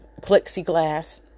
plexiglass